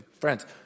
friends